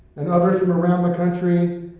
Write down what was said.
and others from around the country,